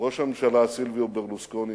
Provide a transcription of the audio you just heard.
ראש הממשלה סילביו ברלוסקוני,